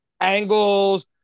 angles